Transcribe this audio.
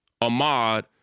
Ahmad